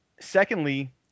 Secondly